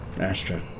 Astra